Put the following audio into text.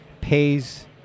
pays